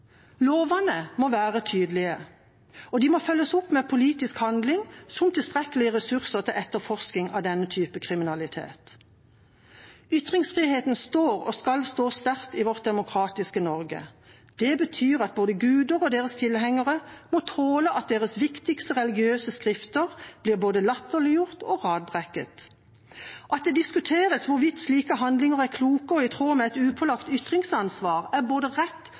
Lovene må være tydelige, og de må følges opp med politisk handling, som tilstrekkelige ressurser til etterforskning av denne type kriminalitet. Ytringsfriheten står og skal stå sterkt i vårt demokratiske Norge. Det betyr at både guder og deres tilhengere må tåle at deres viktigste religiøse skrifter blir både latterliggjort og radbrekket. At det diskuteres hvorvidt slike handlinger er kloke og i tråd med et upålagt ytringsansvar, er både rett